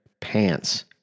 pants